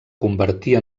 convertir